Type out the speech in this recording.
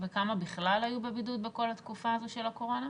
וכמה בכלל היו בבידוד בכל התקופה הזו של הקורונה?